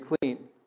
clean